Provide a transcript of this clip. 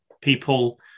people